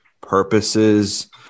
purposes